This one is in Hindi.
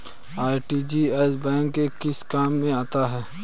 आर.टी.जी.एस बैंक के किस काम में आता है?